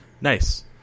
Nice